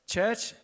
Church